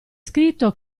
scritto